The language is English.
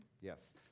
Yes